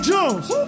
Jones